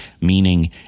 meaning